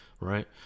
right